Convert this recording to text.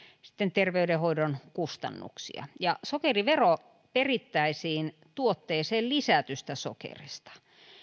terveydenhoidon kustannuksia sokerivero perittäisiin tuotteisiin lisätystä sokerista